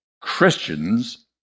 Christians